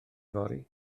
fory